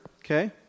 okay